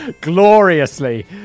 Gloriously